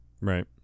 Right